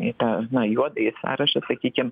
į tą juodąjį sąrašą sakykim